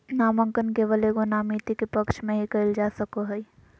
नामांकन केवल एगो नामिती के पक्ष में ही कइल जा सको हइ